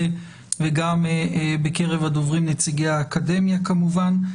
וגם בקרב הדוברים נציגי האקדמיה כמובן.